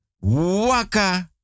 Waka